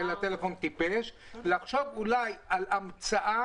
לחשוב אולי על המצאה,